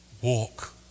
walk